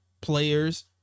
players